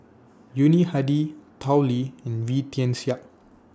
Yuni Hadi Tao Li and Wee Tian Siak